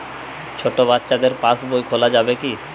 ছোট বাচ্চাদের পাশবই খোলা যাবে কি?